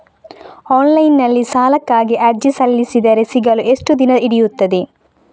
Online ನಲ್ಲಿ ಸಾಲಕ್ಕಾಗಿ ಅರ್ಜಿ ಸಲ್ಲಿಸಿದರೆ ಸಿಗಲು ಎಷ್ಟು ದಿನ ಹಿಡಿಯುತ್ತದೆ?